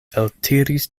eltiris